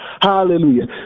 Hallelujah